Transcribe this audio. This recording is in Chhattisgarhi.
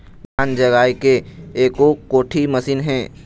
धान जगाए के एको कोठी मशीन हे?